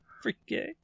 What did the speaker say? Freaky